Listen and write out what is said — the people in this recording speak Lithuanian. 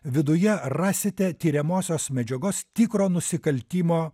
viduje rasite tiriamosios medžiagos tikro nusikaltimo